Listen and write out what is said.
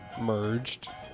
merged